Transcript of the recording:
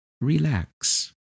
relax